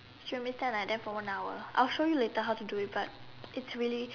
she make me stand like that for one hour I'll show you later how to do it but it's really